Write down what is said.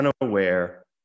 unaware